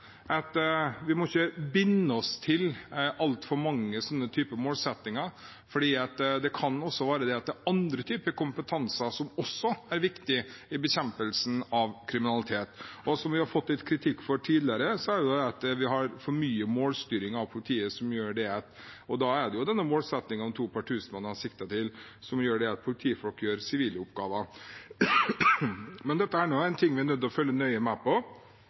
kan være annen kompetanse som også er viktig i bekjempelsen av kriminalitet. Vi har tidligere fått litt kritikk for at det er for mye målstyring av politiet, og da er det målsettingen om to per tusen man sikter til, som gjør at politifolk gjør sivile oppgaver. Dette er noe vi er nødt til å følge nøye med på.